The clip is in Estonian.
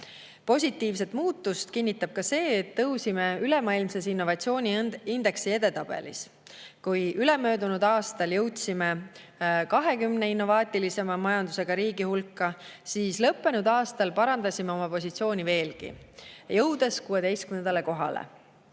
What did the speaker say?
Positiivset muutust kinnitab ka see, et tõusime ülemaailmses innovatsiooniindeksi edetabelis. Kui ülemöödunud aastal jõudsime 20 innovaatilisema majandusega riigi hulka, siis lõppenud aastal parandasime oma positsiooni veelgi, jõudes 16. kohale.